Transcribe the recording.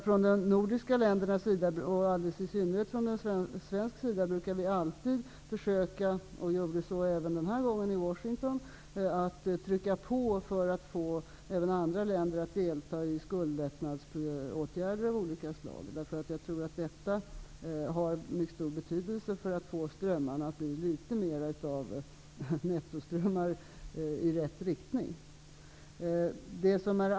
Från de nordiska ländernas sida och alldeles i synnerhet från svensk sida brukar vi alltid -- och vi gjorde så även den här gången i Washington -- försöka trycka på för att få även andra länder att delta i skuldlättnadsåtgärder av olika slag. Jag tror att detta har mycket stor betydelse för möjligheterna att få strömmarna att bli litet mer av nettoströmmar i rätt riktning.